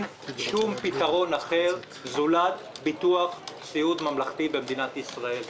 שום פתרון אחר זולת ביטוח סיעוד ממלכתי במדינת ישראל.